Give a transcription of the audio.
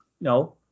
No